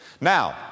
Now